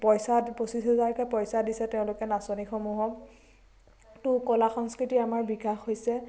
পইচা পঁচিছ হেজাৰকে পইচা দিছে তেওঁলোকে নাচনীসমূহক ত কলা সংস্কৃতি আমাৰ বিকাশ হৈছে